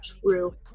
true